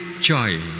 joy